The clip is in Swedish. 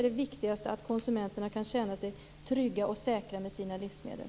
Det viktigaste är att konsumenterna skall kunna känna sig trygga och säkra med sina livsmedel.